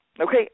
Okay